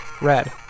red